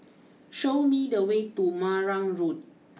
show me the way to Marang Road